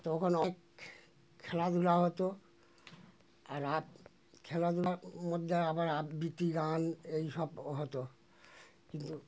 তখনও খেলাধুলা হতো আর আ খেলাধুলার মধ্যে আবার আবৃত্তি গান এই সব হতো কিন্তু